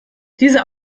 dieser